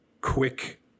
quick